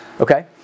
Okay